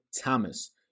Thomas